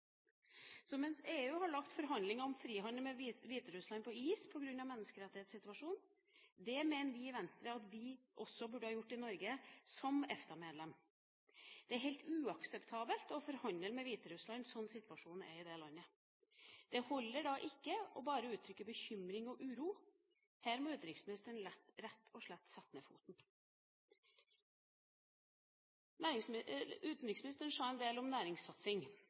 EU har lagt forhandlingene om frihandel med Hviterussland på is på grunn av menneskerettighetssituasjonen. Det mener vi i Venstre at Norge også burde ha gjort, som EFTA-medlem. Det er helt uakseptabelt å forhandle med Hviterussland slik situasjonen nå er i det landet. Det holder ikke bare å uttrykke bekymring og uro. Her må utenriksministeren rett og slett sette ned foten. Utenriksministeren sa en del om næringssatsing.